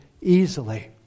easily